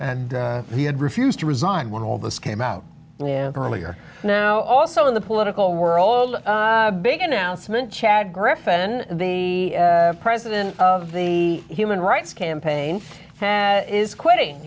and he had refused to resign when all this came out earlier now also in the political world big announcement chad griffin the president of the human rights campaign is quitting